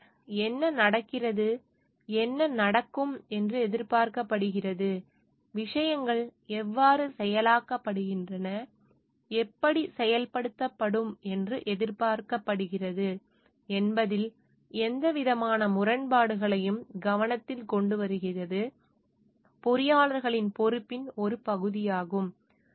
எனவே என்ன நடக்கிறது என்ன நடக்கும் என்று எதிர்பார்க்கப்படுகிறது விஷயங்கள் எவ்வாறு செயலாக்கப்படுகின்றன எப்படிச் செயல்படுத்தப்படும் என்று எதிர்பார்க்கப்படுகிறது என்பதில் எந்தவிதமான முரண்பாடுகளையும் கவனத்தில் கொண்டு வருவது பொறியாளர்களின் பொறுப்பின் ஒரு பகுதியாகும்